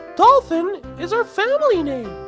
dolphin is our family name!